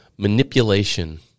manipulation